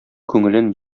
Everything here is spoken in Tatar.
күңелен